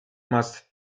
must